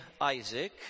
Isaac